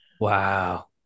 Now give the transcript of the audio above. Wow